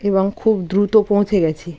এবং খুব দ্রুত পৌঁছে গেছি